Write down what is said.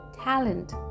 talent